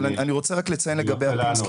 אבל אני רוצה רק לציין לגבי ה-PIMS,